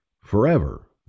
forever